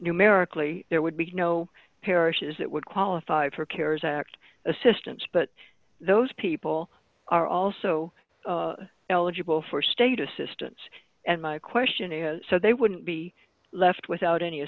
numerically there would be no parishes that would qualify for carers act assistance but those people are also eligible for state assistance and my question is so they wouldn't be left without any